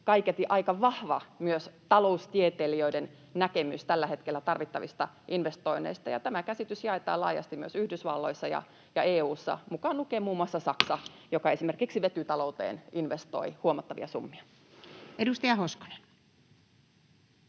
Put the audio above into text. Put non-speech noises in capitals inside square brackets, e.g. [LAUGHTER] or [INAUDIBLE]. kaiketi aika vahva — myös taloustieteilijöiden — näkemys tällä hetkellä tarvittavista investoinneista, ja tämä käsitys jaetaan laajasti myös Yhdysvalloissa ja EU:ssa, mukaan lukien muun muassa Saksa, [NOISE] joka esimerkiksi vetytalouteen investoi huomattavia summia. Edustaja Hoskonen.